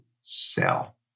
sell